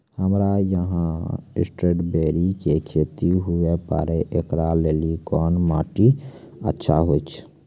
हमरा यहाँ स्ट्राबेरी के खेती हुए पारे, इकरा लेली कोन माटी अच्छा होय छै?